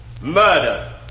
murder